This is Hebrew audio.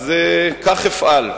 כך אפעל.